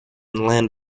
land